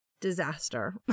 disaster